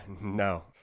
No